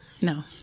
No